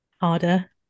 harder